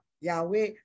Yahweh